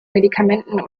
medikamenten